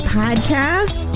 podcast